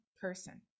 person